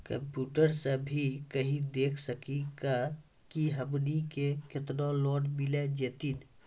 Computer सा भी कही देख सकी का की हमनी के केतना लोन मिल जैतिन?